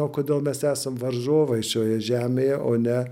o kodėl mes esam varžovai šioje žemėje o ne